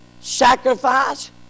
Sacrifice